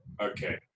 okay